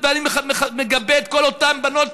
ואני מגבה את כל אותן בנות,